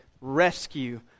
rescue